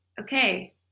okay